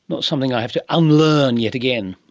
not something i have to unlearn yet again.